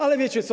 Ale wiecie co?